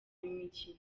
imikino